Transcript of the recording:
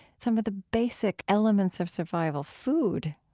some of the basic elements of survival food